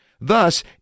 Thus